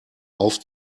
auf